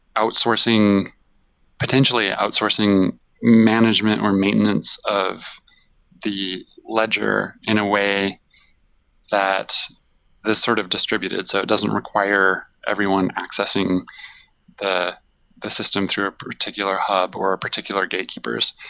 outsourcing potentially, outsourcing management or maintenance of the ledger in a way that this is sort of distributed, so it doesn't require everyone accessing the the system through a particular hub, or particular gatekeepers.